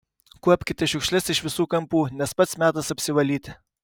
kuopkite šiukšles iš visų kampų nes pats metas apsivalyti